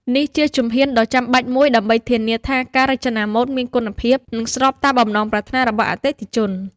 នេះជាជំហានដ៏ចាំបាច់មួយដើម្បីធានាថាការរចនាម៉ូដមានគុណភាព និងស្របតាមបំណងប្រាថ្នារបស់អតិថិជន។